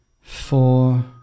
four